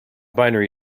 binary